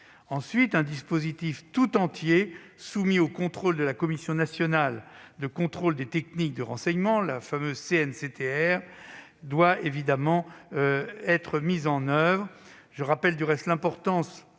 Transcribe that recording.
un dispositif tout entier soumis au contrôle de la Commission nationale de contrôle des techniques de renseignement, la fameuse CNCTR, doit être mis en oeuvre. Je rappelle l'importance